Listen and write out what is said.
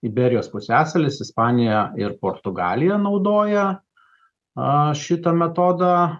liberijos pusiasalis ispanija ir portugalija naudoja šitą metodą